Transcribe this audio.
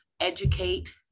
educate